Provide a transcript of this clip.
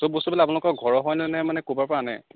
চব বস্তুবিলাক আপোনালোকৰ ঘৰৰ হয়নে নে মানে ক'ৰবাৰ পৰা আনে